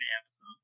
episodes